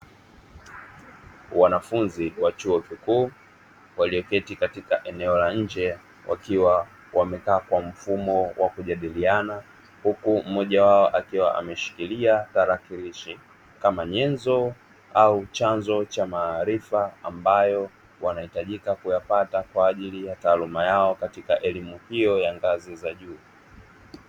Wanafunzi wa chuo kikuu walioketi katika eneo la nje wakiwa wamekaa kwa mfumo wa kujadiliana, huku mmoja wao akiwa ameshikilia talakilishi kama nyenzo au chanzo cha maarifa ambayo wanahitajika kuyapata kwa ajili ya taaluma yao katika hiyo ya ngazi za juu.